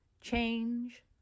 change